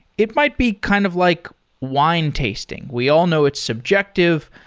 it might be kind of like wine tasting. we all know it's subjective,